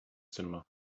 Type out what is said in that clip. cinema